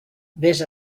vés